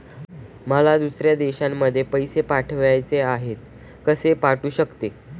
मला दुसऱ्या देशामध्ये पैसे पाठवायचे आहेत कसे पाठवू शकते?